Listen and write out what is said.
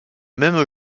même